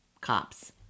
cops